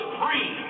free